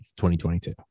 2022